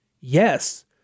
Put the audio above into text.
Yes